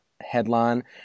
headline